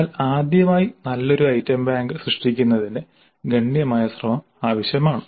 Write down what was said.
എന്നാൽ ആദ്യമായി നല്ല ഒരു ഐറ്റം ബാങ്ക് സൃഷ്ടിക്കുന്നതിന് ഗണ്യമായ ശ്രമം ആവശ്യമാണ്